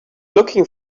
looking